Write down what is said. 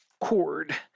cord